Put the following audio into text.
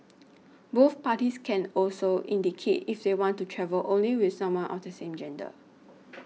both parties can also indicate if they want to travel only with someone of the same gender